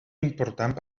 important